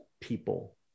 people